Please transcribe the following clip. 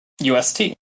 UST